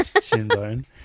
Shinbone